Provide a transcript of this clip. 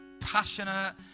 passionate